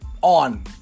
on